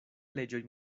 leĝoj